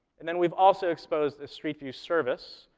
and then, we've also exposed the street view service,